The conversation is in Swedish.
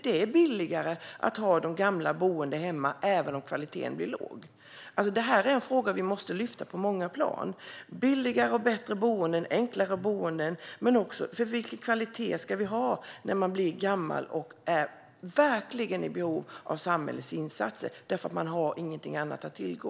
Det är billigare att ha de gamla boende hemma, även om kvaliteten blir låg. Vi måste lyfta upp frågan på många plan. Det behövs billigare och bättre boenden men även enklare boenden som dock har god kvalitet, för det ska vi ha för den som är gammal och verkligen är i behov av samhällets insatser. De gamla har inget annat att tillgå.